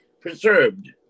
preserved